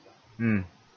hmm